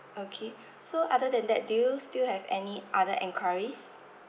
okay so other than that do you still have any other enquiries